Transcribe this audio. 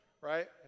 right